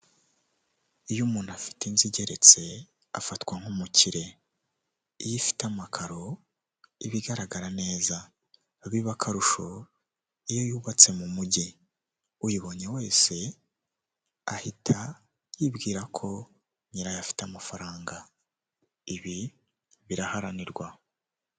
Iyo umuntu afite inzu igeretse afatwa nk'umukire, iyo ifite amakaro ibagaragara neza biba akarusho iyo yubatse mu mujyi, uyibonye wese ahita yibwira ko nyirayo afite amafaranga, ibi biraharanirwa.